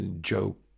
joke